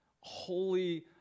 holy